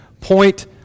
point